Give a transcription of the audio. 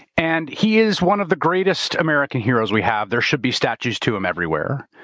and he is one of the greatest american heroes we have. there should be statutes to him everywhere.